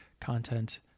content